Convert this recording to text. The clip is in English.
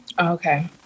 okay